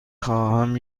خواهم